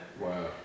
Wow